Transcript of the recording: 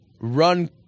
run